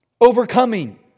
overcoming